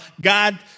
God